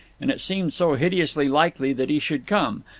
and it seemed so hideously likely that he should come.